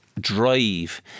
drive